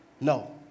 No